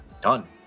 Done